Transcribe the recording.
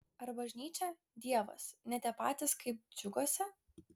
ar bažnyčia dievas ne tie patys kaip džiuguose